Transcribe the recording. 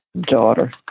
daughter